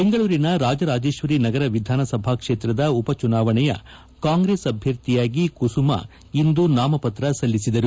ಬೆಂಗಳೂರಿನ ರಾಜರಾಜೇಶ್ವರಿ ನಗರ ವಿಧಾನಸಭಾ ಕ್ಷೇತ್ರದ ಉಪ ಚುನಾವಣೆಯ ಕಾಂಗ್ರೆಸ್ ಅಭ್ಯರ್ಥಿಯಾಗಿ ಕುಸುಮಾ ಇಂದು ನಾಮಪತ್ರ ಸಲ್ಲಿಸಿದರು